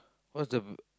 what's the